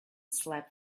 slept